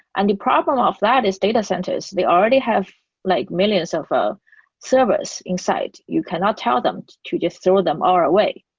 and the problem of that is data centers, they already have like millions of ah servers inside. you cannot tell them to just throw them all away.